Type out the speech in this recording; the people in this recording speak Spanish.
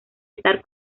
estar